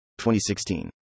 2016